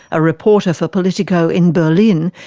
a reporter for politico in berlin,